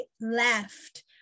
left